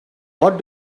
what